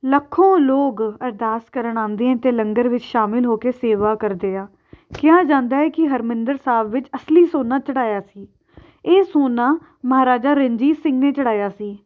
ਲੱਖੋਂ ਲੋਕ ਅਰਦਾਸ ਕਰਨ ਆਉਂਦੇ ਆ ਅਤੇ ਲੰਗਰ ਵਿੱਚ ਸ਼ਾਮਿਲ ਹੋ ਕੇ ਸੇਵਾ ਕਰਦੇ ਆ ਕਿਹਾ ਜਾਂਦਾ ਹੈ ਕਿ ਹਰਮਿੰਦਰ ਸਾਹਿਬ ਵਿੱਚ ਅਸਲੀ ਸੋਨਾ ਚੜ੍ਹਾਇਆ ਸੀ ਇਹ ਸੋਨਾ ਮਹਾਰਾਜਾ ਰਣਜੀਤ ਸਿੰਘ ਨੇ ਚੜ੍ਹਾਇਆ ਸੀ